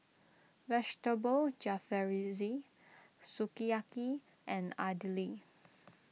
Vegetable Jalfrezi Sukiyaki and Idili